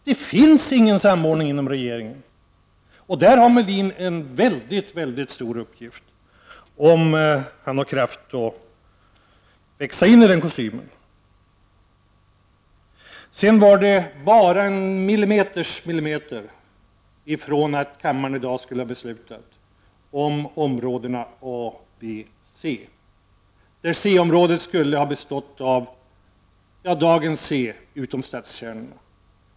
Det finns ingen samordning inom regeringen, och där har Rune Molin en stor uppgift om han har kraft att växa in i kostymen. Det är bara en millimeter från att kammaren i dag skall besluta om områdena A, B och C. C-området skulle bestå av dagens område C, utom stadskärnorna.